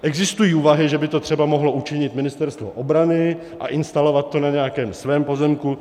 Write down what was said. Existují úvahy, že by to třeba mohlo učinit Ministerstvo obrany a instalovat to na nějakém svém pozemku.